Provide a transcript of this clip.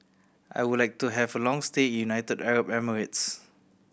I would like to have a long stay in United Arab Emirates